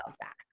back